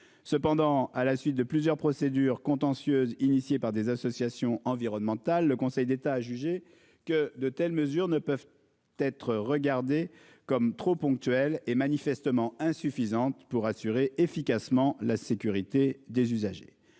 Cependant à la suite de plusieurs procédures contentieuses initiée par des associations environnementales, le Conseil d'État a jugé que de telles mesures ne peuvent être regardées comme trop ponctuels et manifestement insuffisantes pour assurer efficacement la sécurité des usagers.